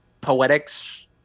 Poetics